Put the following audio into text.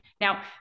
Now